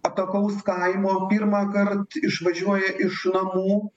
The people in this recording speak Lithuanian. atokaus kaimo pirmąkart išvažiuoja iš namų